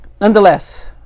nonetheless